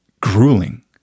grueling